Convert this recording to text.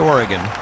Oregon